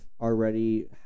already